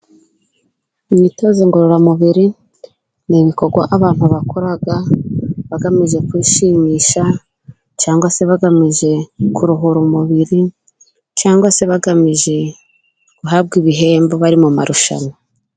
Imyitozo ngororamubiri ni ibikorwa abantu bakora bagamije kwishimisha cyangwa se bagamije kuruhura umubiri, cyangwa se bagamije guhabwa ibihembo bari mu marushanwa.